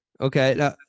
okay